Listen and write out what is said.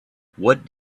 what